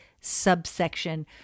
subsection